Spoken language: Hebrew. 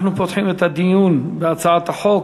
אנחנו פותחים את הדיון בהצעת החוק.